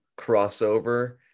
crossover